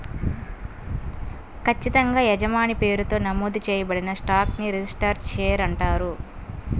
ఖచ్చితంగా యజమాని పేరుతో నమోదు చేయబడిన స్టాక్ ని రిజిస్టర్డ్ షేర్ అంటారు